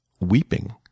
weeping